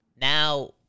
now